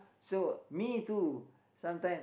so me too sometimes